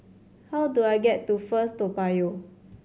how do I get to First Toa Payoh